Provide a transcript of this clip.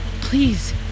Please